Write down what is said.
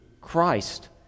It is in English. Christ